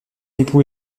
époux